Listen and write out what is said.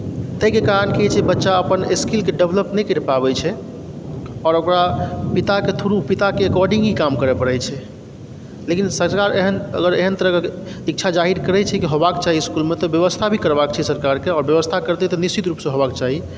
ताहि के कारण की होइत छै बच्चा अपन स्किलके डेवलप नहि करि पाबैत छै आओर ओकरा पिताके थ्रू पिताके एकॉर्डिंगली काम करय पड़ैत छै लेकिन सरकार एहन अगर एहन तरहकेँ इच्छा जाहिर करैत छै कि होयबाक चाही इस्कुलमे तऽ व्यवस्था भी करबाक छै सरकारके आओर व्यवस्था करतै तऽ निश्चित रूपसँ होयबाक चाही